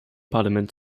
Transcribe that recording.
parlament